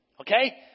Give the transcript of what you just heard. Okay